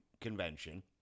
convention